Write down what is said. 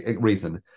reason